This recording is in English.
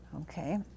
okay